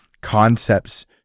concepts